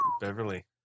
Beverly